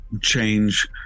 change